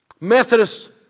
Methodist